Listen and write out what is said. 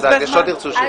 יש עוד שירצו לדבר.